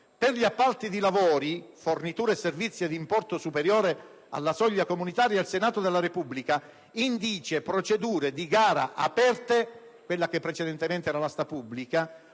Per gli appalti di lavori, forniture e servizi di importo superiore alla soglia comunitaria, il Senato della Repubblica indice procedure di gara aperte (precedentemente denominata asta pubblica)